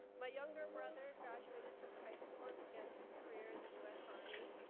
my younger brother graduated from high school and began his career in the us army.